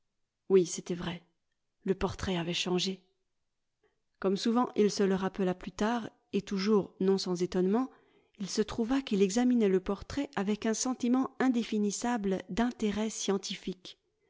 oui c'était vrai le portrait avait changé comme souvent il se le rappela plus tard et toujours non sans étonnement il se trouva qu'il examinait le portrait avec un sentiment indéfinissable d'intérêt scientifique